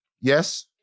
Yes